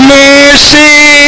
mercy